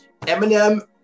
Eminem